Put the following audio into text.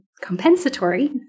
compensatory